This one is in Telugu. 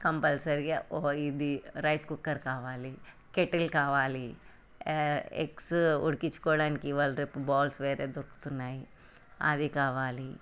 కంపల్సరిగా ఓ ఇది రైస్ కుక్కర్ కావాలి కెటిల్ కావాలి ఎగ్సు ఉడికించుకోవడానికి వాళ్ళు రేపు బౌల్స్ వేరేగా దొరుకుతున్నాయి అవి కావాలి